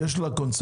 יש לה קונספציה